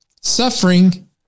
suffering